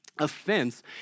Offense